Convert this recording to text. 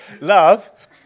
Love